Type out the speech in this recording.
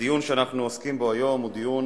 הדיון שאנחנו עוסקים בו היום הוא דיון